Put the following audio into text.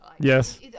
Yes